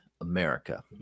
America